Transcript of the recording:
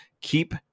keep